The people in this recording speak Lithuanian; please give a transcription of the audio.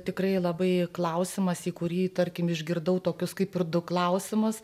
tikrai labai klausimas į kurį tarkim išgirdau tokius kaip ir du klausimus